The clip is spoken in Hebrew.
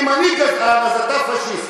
אם אני גזען אז אתה פאשיסט.